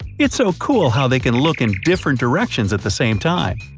it's so cool how they can look in different directions at the same time.